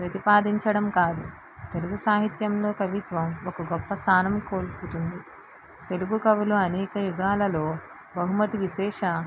ప్రతిపాదించడం కాదు తెలుగు సాహిత్యంలో కవిత్వం ఒక గొప్ప స్థానం కోరుతుంది తెలుగుకవులు అనేక యుగాలలో బహుమతి విశేష